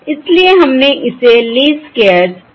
इसलिए हमने इसे लीस्ट स्क्वेयर्स समस्या से कम कर दिया है